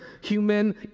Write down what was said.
human